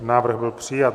Návrh byl přijat.